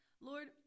lord